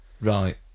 Right